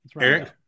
Eric